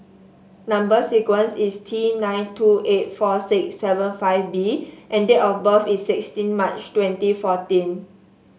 number sequence is T nine two eight four six seven five B and date of birth is sixteen March twenty fourteen